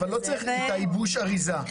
אבל לא צריך את ייבוש האריזה.